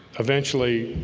eventually,